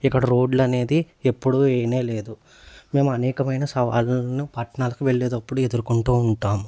ఇక్కడ రోడ్లు అనేది ఎప్పుడూ ఎయ్యనే లేదు మేము అనేకమైన సవాళ్లను పట్టణానికి వెళ్లేటప్పుడు ఎదుర్కొంటూ ఉంటాం